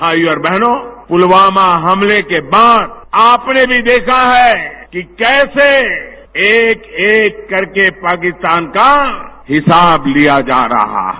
भाईयों और बहनों पुलवामा हमते के बाद आपने भी देखा है कि कैसे एक एक करके पाकिस्तान का हिसाब लिया जा रहा है